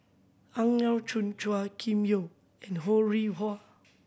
Ang Yau Choon Chua Kim Yeow and Ho Rih Hwa